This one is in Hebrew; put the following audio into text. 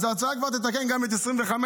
אז ההצעה כבר תתקן את 2025,